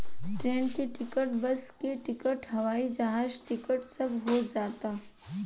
train के ticket, bus के ticket, हवाई जहाज टिकट सब हो जाता